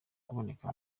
kuboneka